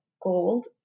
gold